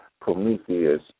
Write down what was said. Prometheus